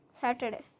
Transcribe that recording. Saturday